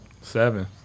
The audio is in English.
Seven